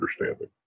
understanding